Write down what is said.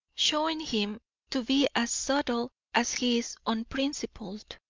showing him to be as subtle as he is unprincipled.